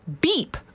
Beep